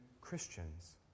Christians